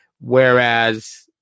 Whereas